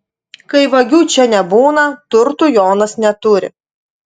kai vagių čia nebūna turtų jonas neturi